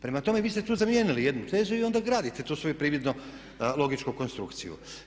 Prema tome, vi ste tu zamijenili jednu tezu i onda gradite tu svoju prividno logičku konstrukciju.